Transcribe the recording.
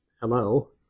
Hello